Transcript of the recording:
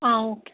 ஆ okay